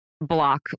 block